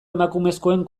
emakumezkoen